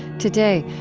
today,